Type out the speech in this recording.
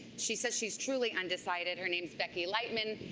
she says she's truly undecided. her name is becky lightman.